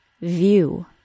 view